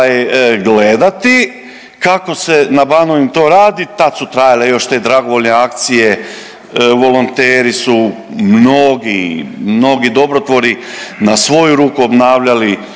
gledati kako se na Banovini to radi, tad su trajale još te dragovoljne akcije, volonteri su mnogi, mnogi dobrotvori na svoju ruku obnavljali